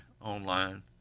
online